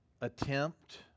attempt